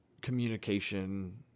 communication